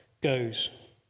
goes